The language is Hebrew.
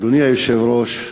אדוני היושב-ראש,